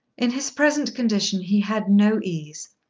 in his present condition he had no ease.